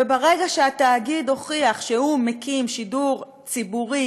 וברגע שהתאגיד הוכיח שהוא מקים שידור ציבורי